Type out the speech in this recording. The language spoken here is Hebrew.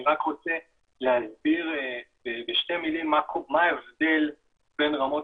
אני רוצה להסביר בשתי מילים מה ההבדל בין רמות